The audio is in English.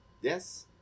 Yes